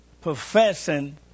professing